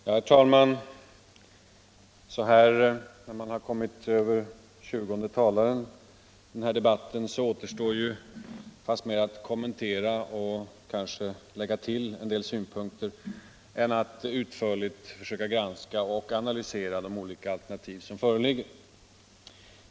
Herr talman! Så här när den 20:e talaren gjort sitt inlägg återstår mer att kommentera och kanske att lägga till en del synpunkter än att utförligt försöka granska och analysera de olika alternativ som föreligger.